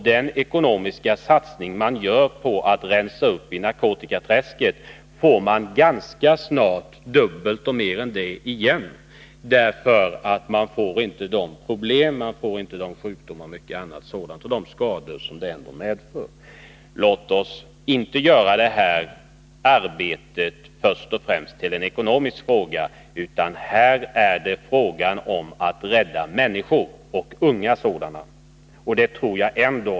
Och den ekonomiska satsning man gör på att rensa upp i narkotikaträsket får man ganska snart igen dubbelt upp och kanske mer än det. Man drabbas nämligen inte av de problem, sjukdomar, skador och mycket annat som narkotikamissbruket medför. Låt oss inte göra detta arbete först och främst till en ekonomisk fråga. Här gäller det att rädda människor — och unga sådana.